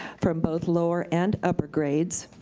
from both lower and upper grades.